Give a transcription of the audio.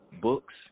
Books